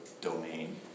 domain